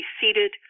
seated